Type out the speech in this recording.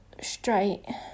straight